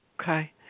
Okay